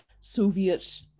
Soviet